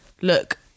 look